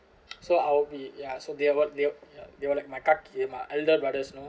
so I'll be ya so they were they they were like my kaki my elder brothers you know